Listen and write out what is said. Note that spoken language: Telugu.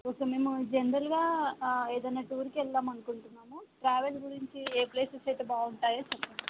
ఓకే మేము జనరల్గా ఆ ఏదైనా టూర్కి వెళ్దాము అనుకుంటున్నాము ట్రావెల్ గురించి ఏ ప్లేసెస్ అయితే బాగుంటాయో చెప్పండి